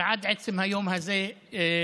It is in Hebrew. ועד עצם היום הזה עדיין